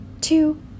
two